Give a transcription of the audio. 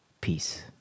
Peace